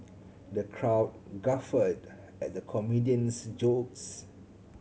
the crowd guffawed at the comedian's jokes